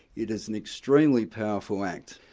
it is an extremely powerful act.